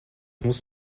muss